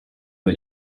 but